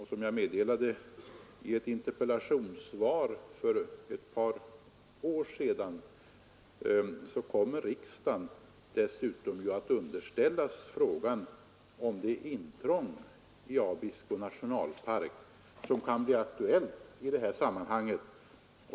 Såsom jag meddelade i ett interpellationssvar för ett par år sedan kommer riksdagen dessutom att underställas frågan om det intrång i Abisko nationalpark som kan bli aktuellt i det här sammanhanget.